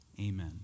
Amen